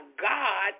God